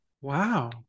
Wow